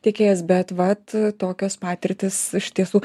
tiekėjas bet vat tokios patirtys iš tiesų